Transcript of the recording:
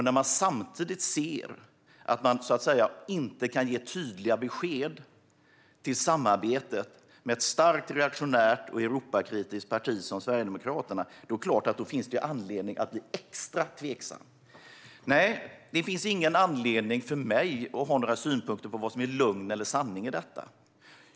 När man samtidigt ser att de inte kan ge tydliga besked om samarbetet med ett starkt reaktionärt och Europakritiskt parti som Sverigedemokraterna är det klart att det finns anledning att bli extra tveksam. Nej, det finns ingen anledning för mig att ha några synpunkter på vad som är lögn eller sanning i detta.